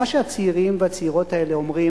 מה שהצעירים והצעירות האלה אומרים,